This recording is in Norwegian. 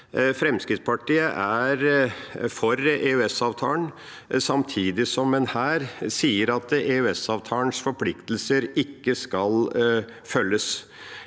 Fremskrittspartiet er for EØS-avtalen – samtidig som en her sier at EØS-avtalens forpliktelser ikke skal følges.